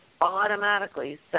automatically